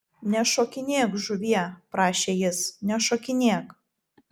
nešokinėk žuvie prašė jis nešokinėk